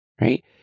right